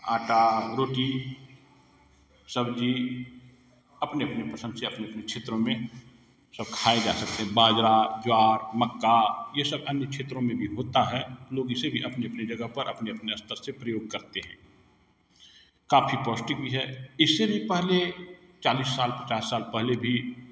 आटा रोटी सब्ज़ी अपने अपने पसंद से अपने अपने क्षेत्रों में सब खाए जा सकते हैं बाजरा जवार मक्का ये सब अन्य क्षेत्रों में भी होता है लोग इसे भी अपने अपने जगह पर अपने अपने अस्तर से प्रयोग करते हैं काफ़ी पौष्टिक भी है इससे भी पहले चालीस साल पचास साल पहले भी